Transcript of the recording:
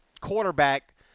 quarterback